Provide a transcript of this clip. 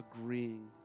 agreeing